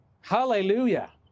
Hallelujah